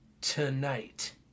tonight